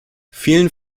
vielen